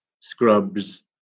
scrubs